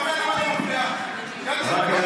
אדוני